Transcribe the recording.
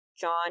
John